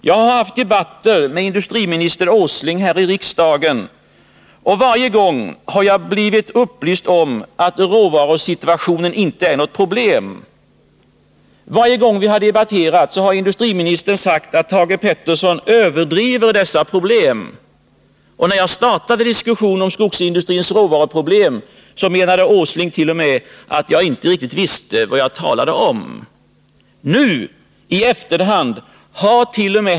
Jag har haft debatter med industriminister Åsling här i riksdagen, och varje gång har jag blivit upplyst om att råvarusituationen icke är något problem. Varje gång vi har debatterat har industriministern sagt att Thage Peterson överdriver detta problem. Och när jag startade diskussionen om skogsindustrins råvaruproblem menade herr Åslingt.o.m. att jag inte riktigt visste vad jag talade om. Nu, i efterhand, hart.o.m.